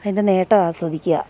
അതിൻ്റെ നേട്ടം ആസ്വദിക്കുക